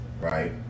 right